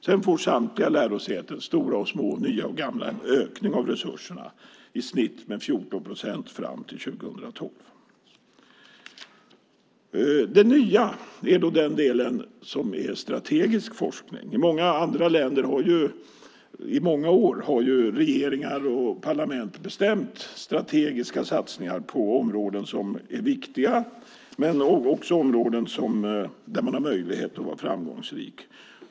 Sedan får samtliga lärosäten, stora och små, nya och gamla, en ökning av resurserna med i snitt 14 procent fram till 2012. Det nya är den del som är strategisk forskning. I många andra länder har under många år regeringar och parlament beslutat om strategiska satsningar på områden som är viktiga, men också på områden där man har möjlighet att vara framgångsrik.